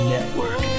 Network